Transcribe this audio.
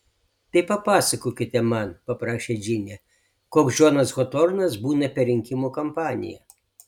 tai papasakokite man paprašė džinė koks džonas hotornas būna per rinkimų kampaniją